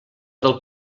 del